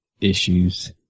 issues